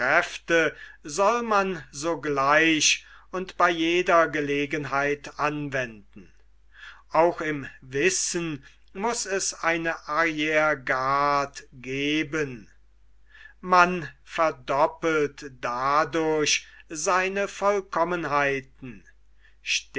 soll man sogleich und bei jeder gelegenheit anwenden auch im wissen muß es eine arriere garde geben man verdoppelt dadurch seine vollkommenheiten